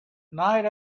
night